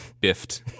biffed